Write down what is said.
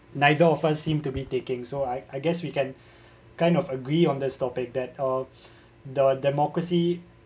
neither of us seem to be taking so I I guess we can kind of agree on this topic that uh the democracy